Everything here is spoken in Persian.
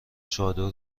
چادر